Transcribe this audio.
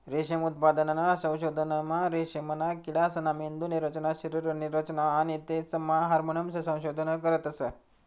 रेशीम उत्पादनना संशोधनमा रेशीमना किडासना मेंदुनी रचना, शरीरनी रचना आणि तेसना हार्मोन्सनं संशोधन करतस